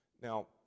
Now